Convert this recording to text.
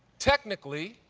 technically.